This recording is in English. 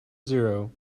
zero